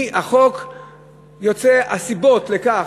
מהחוק יוצאות הסיבות לכך,